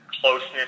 closeness